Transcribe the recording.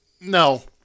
no